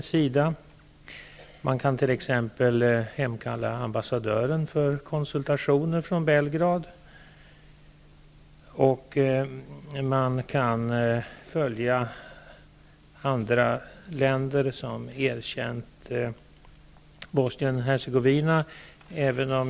Man kan t.ex. hemkalla ambassadören i Belgrad för konsultationer. Man kan följa andra länder som erkänt Bosnien-Hercegovina.